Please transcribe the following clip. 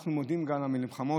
אנחנו מודים גם על המלחמות.